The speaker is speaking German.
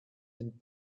den